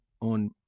on